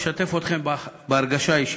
אשתף אתכם בהרגשה האישית.